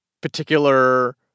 particular